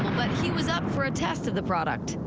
but he was up for a test of the product.